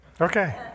Okay